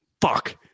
fuck